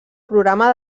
programa